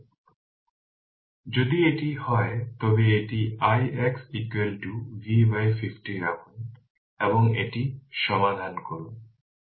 সুতরাং যদি এটি হয় তবে এটি ix V 50 রাখুন এবং এটি সমাধান করুন